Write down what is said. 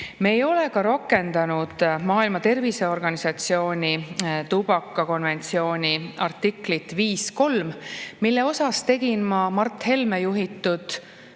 Me ei ole rakendanud Maailma Terviseorganisatsiooni tubakakonventsiooni artiklit 5.3, mille kohta tegin ma Mart Helme juhitud